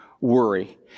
worry